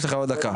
יש לך עוד דקה.